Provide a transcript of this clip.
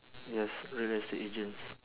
yes real estate agents